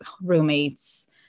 roommates